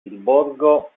borgo